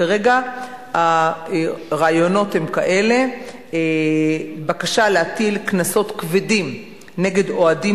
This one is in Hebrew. כרגע הרעיונות הם כאלה: בקשה להטיל קנסות כבדים נגד אוהדים